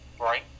right